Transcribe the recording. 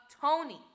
Tony